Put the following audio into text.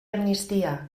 amnistia